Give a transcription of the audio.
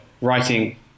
writing